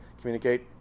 communicate